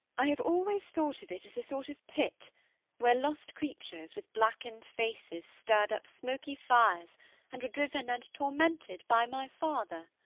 i have always thought of it as a sort of pit where lost creatures with blackened faces stirred up smoky fires and were driven and tormented by my father?